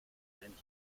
and